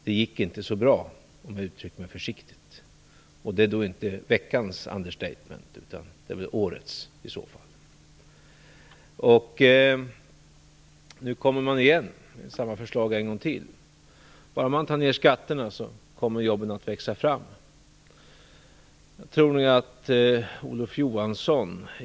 Det gick inte så bra, om jag uttrycker mig försiktigt. Det är då inte veckans understatement utan snarare årets. Nu kommer man igen med samma förslag en gång till: Bara man tar ned skatterna så kommer jobben att växa fram.